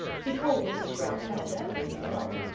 he told mrs. grouse how badly he felt,